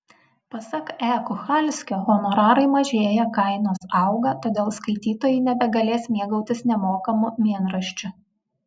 pasak e kuchalskio honorarai mažėja kainos auga todėl skaitytojai nebegalės mėgautis nemokamu mėnraščiu